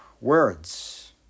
words